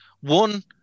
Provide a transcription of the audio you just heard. One